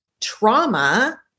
trauma